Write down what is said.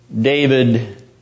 David